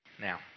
Now